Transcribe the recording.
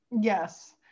Yes